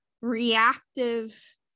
reactive